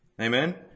Amen